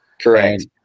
Correct